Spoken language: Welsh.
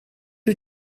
wyt